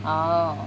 oh